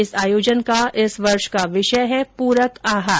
इस आयोजन का इस वर्ष का विषय है पूरक आहार